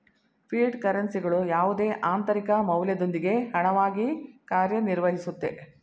fiat ಕರೆನ್ಸಿಗಳು ಯಾವುದೇ ಆಂತರಿಕ ಮೌಲ್ಯದೊಂದಿಗೆ ಹಣವಾಗಿ ಕಾರ್ಯನಿರ್ವಹಿಸುತ್ತೆ